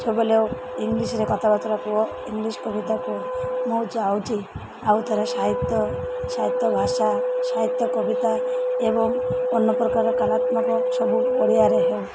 ସବୁବେଲେ ଇଂଲିଶ୍ରେ କଥାବାର୍ତ୍ତା କୁହ ଇଂଲିଶ୍ କବିତା କୁହ ମୁଁ ଚାହୁଁଛି ଆଉଥରେ ସାହିତ୍ୟ ସାହିତ୍ୟ ଭାଷା ସାହିତ୍ୟ କବିତା ଏବଂ ଅନ୍ୟ ପ୍ରକାର କଲାତ୍ମକ ସବୁ ଓଡ଼ିଆରେ ହେଉ